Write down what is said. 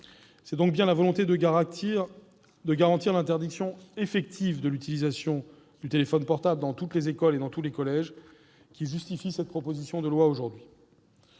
C'est donc bien la volonté de garantir l'interdiction effective de l'utilisation du téléphone portable dans toutes les écoles et dans tous les collèges qui justifie cette proposition de loi. Je souhaite